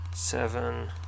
Seven